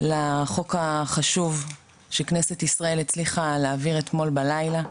לחוק החשוב שכנסת ישראל הצליחה להעביר אתמול בלילה,